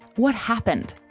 what happened?